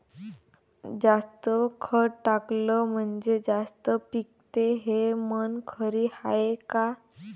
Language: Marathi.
जास्त खत टाकलं म्हनजे जास्त पिकते हे म्हन खरी हाये का?